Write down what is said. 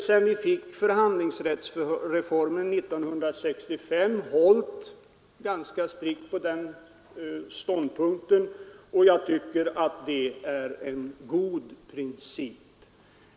Sedan vi fick förhandlingsrättsreformen 1965 har vi hållit ganska strikt på den ståndpunkten, och jag tycker det är en god princip.